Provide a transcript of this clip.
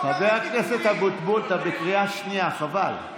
חבר הכנסת אבוטבול, אתה בקריאה שנייה, חבל.